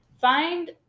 find